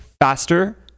faster